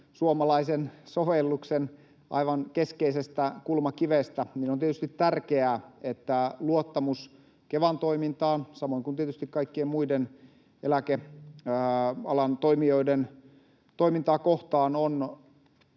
suomalaisen sovelluksen aivan keskeisestä kulmakivestä, että luottamus Kevan toimintaan, samoin kuin tietysti kaikkien muiden eläkealan toimijoiden toimintaa kohtaan, on